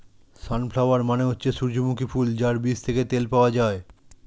sunflower মানে হচ্ছে সূর্যমুখী ফুল যার বীজ থেকে তেল পাওয়া যায়